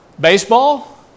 Baseball